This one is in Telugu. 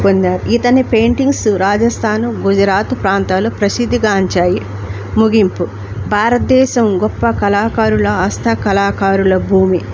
పొందారు ఇతని పెయింటింగ్స్ రాజస్థాను గుజరాత్ ప్రాంతాలు ప్రసిద్ధిగాంచాయి ముగింపు భారతదేశం గొప్ప కళాకారుల హస్త కళాకారుల భూమి